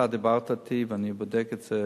אתה דיברת אתי, ואני בודק את זה,